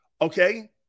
okay